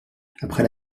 après